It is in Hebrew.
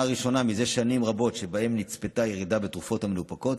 הראשונה זה שנים רבות שבה נצפתה ירידה בתרופות המנופקות,